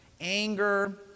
Anger